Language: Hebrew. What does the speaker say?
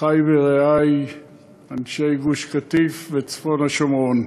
אחי ורעי אנשי גוש-קטיף וצפון השומרון,